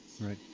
right